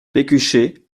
pécuchet